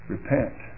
Repent